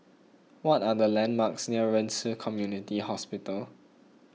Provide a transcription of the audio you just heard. what are the landmarks near Ren Ci Community Hospital